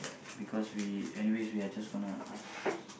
because we anyways we are just gonna ask